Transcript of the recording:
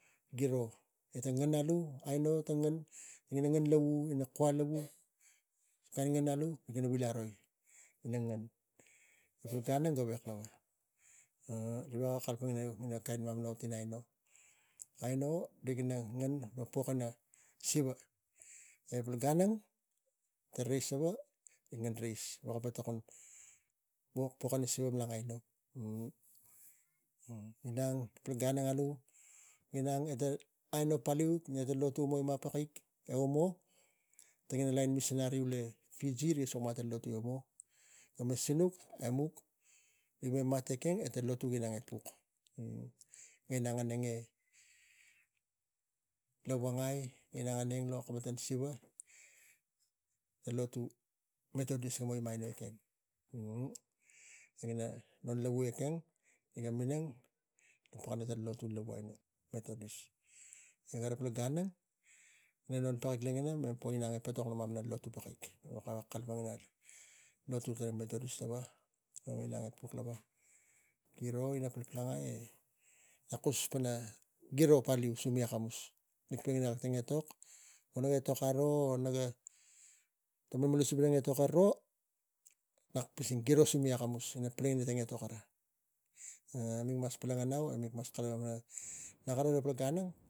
Giro, e tang ngen alu aino, tank ina ngen lavu, ina kua lavu, tang kain ngen alu ina vil aroi, e ngen gan ang gavek lava riga veko kalapang ina kain mamana ot aino aino rig ina ngen pok ina siva, e pal gan ang tang reis lava rik ngen reis gaveka po tokon pok ina siva malang aino inang pal gan alu inang e ta aino paliu ne tang lotu ga ima pakik e omo. Tang ina lain missionary we fiji riga suka ma ta lotu su omo ma me sinuk aimuk rig me mat ekeng e tang lotu ga inang e puk, ga inang e lovongai e inang lo kkamatan siva, ta lotu methodist ga ima ekeng. E tang ina non lavu ekeng riga minang pukani tang lotu methodist. E gara pal gan ang ne lo non pokak po inang logina mem etok pana mamana lotu pakik, rig veko kalapang pana tang lotu methodist lava. Giro, ina palpalangai nak kus pana giro paliu sumi na mi mik palangani kak etok. Naketok aro wo gavek. Tang malmalasup ina etok ga sinuk aro, gro sumi akamus. Mik ma palangan au logan ang kara etok siva.